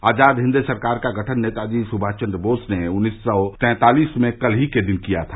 आजाद हिंद सरकार का गठन नेताजी सुभाष चन्द्र बोस ने उन्नीस सौ तैंतालीस में कल ही के दिन किया था